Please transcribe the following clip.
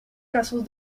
casos